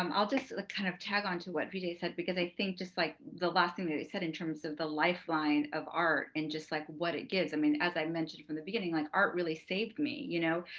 um i'll just kind of tag onto what vijay said because i think just like the last thing that you said in terms of the lifeline of art and just like what it gives. i mean as i mentioned from the beginning, like art really saved me. you know,